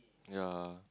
ya